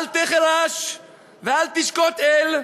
אל תחרש ואל תשקט אל.